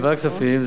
לוועדת הכספים.